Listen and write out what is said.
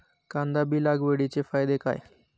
कांदा बी लागवडीचे फायदे काय?